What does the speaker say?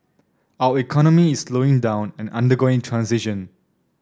our economy is slowing down and undergoing transition